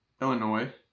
Illinois